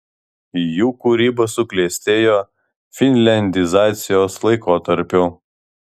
jų kūryba suklestėjo finliandizacijos laikotarpiu